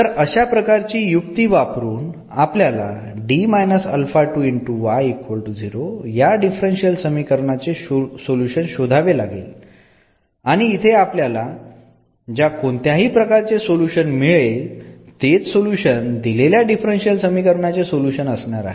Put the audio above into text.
तर अशा प्रकारची युक्ती वापरून आपल्याला या डिफरन्शियल समीकरणाचे सोल्युशन शोधावे लागेल आणि इथे आपल्याला ज्या कोणत्याही प्रकारचे सोल्युशन मिळेल तेच सोल्युशन दिलेल्या डिफरन्शियल समीकरणाचे सोल्युशन असणार आहे